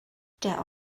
der